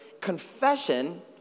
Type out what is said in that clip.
confession